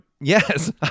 yes